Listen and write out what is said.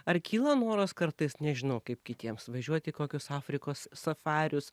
ar kyla noras kartais nežinau kaip kitiems važiuot į kokius afrikos safarius